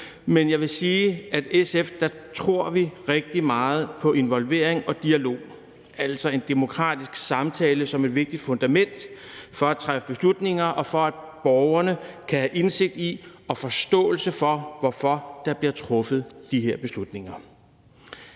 men jeg vil sige, at i SF tror vi rigtig meget på involvering og dialog, altså en demokratisk samtale som et vigtigt fundament for at træffe beslutninger og for, at borgerne kan have indsigt i og forståelse for, hvorfor der bliver truffet de her beslutninger.